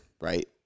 right